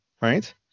right